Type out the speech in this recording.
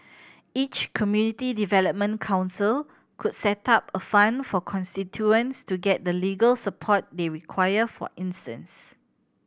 each community development council could set up a fund for constituents to get the legal support they require for instance